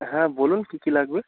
হ্যাঁ বলুন কী কী লাগবে